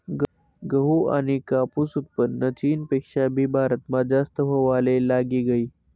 गहू आनी कापूसनं उत्पन्न चीनपेक्षा भी भारतमा जास्त व्हवाले लागी गयी